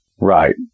Right